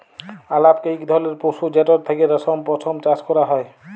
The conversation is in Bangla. আলাপকে ইক ধরলের পশু যেটর থ্যাকে রেশম, পশম চাষ ক্যরা হ্যয়